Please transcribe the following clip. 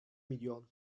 milyon